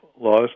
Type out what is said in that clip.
laws